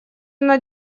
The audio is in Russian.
над